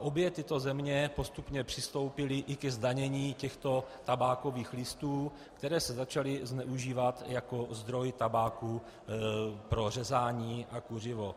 Obě tyto země postupně přistoupily i ke zdanění těchto tabákových listů, které se začaly zneužívat jako zdroj tabáku pro řezání na kuřivo.